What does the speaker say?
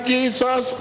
Jesus